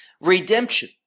redemption